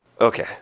Okay